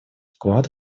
вклад